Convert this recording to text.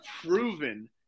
proven